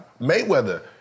Mayweather